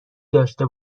داشته